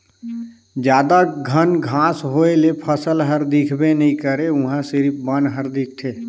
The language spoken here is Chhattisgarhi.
जादा घन घांस होए ले फसल हर दिखबे नइ करे उहां सिरिफ बन हर दिखथे